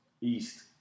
East